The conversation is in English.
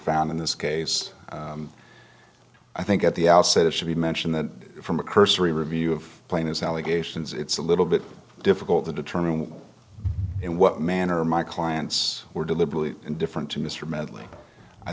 found in this case i think at the outset it should be mentioned that from a cursory review of a plane as allegations it's a little bit difficult to determine in what manner my clients were deliberately indifferent to mr medley i